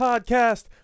Podcast